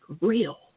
real